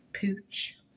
pooch